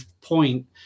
point